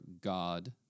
God